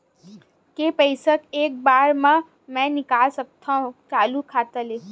के पईसा एक बार मा मैं निकाल सकथव चालू खाता ले?